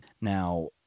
Now